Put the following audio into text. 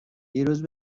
دیروز